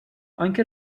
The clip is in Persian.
آنکه